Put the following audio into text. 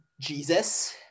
Jesus